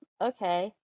Okay